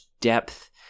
depth